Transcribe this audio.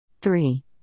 three